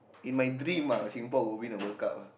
in my dream lah Singapore will win the World-Cup ah